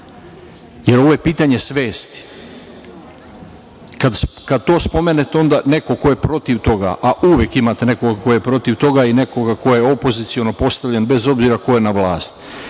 Jer, ovo je pitanje svesti. Kad to spomenete, onda neko ko je protiv toga, a uvek imate nekoga ko je protiv toga i nekoga ko je opoziciono postavljen, bez obzira ko je na vlasti,